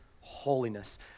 holiness